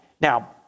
Now